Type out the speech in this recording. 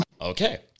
okay